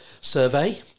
survey